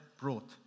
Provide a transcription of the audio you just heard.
brought